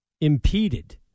impeded